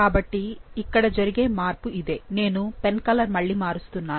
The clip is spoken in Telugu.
కాబట్టి ఇక్కడ జరిగే మార్పు ఇదే నేను పెన్ కలర్ మళ్ళీ మారుస్తున్నాను